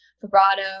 vibrato